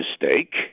mistake